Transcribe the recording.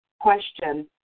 question